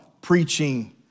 preaching